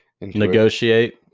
negotiate